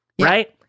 right